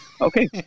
Okay